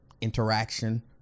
interaction